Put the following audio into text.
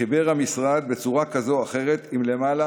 חיבר המשרד בצורה כזאת או אחרת למעלה